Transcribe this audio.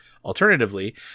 Alternatively